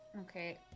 okay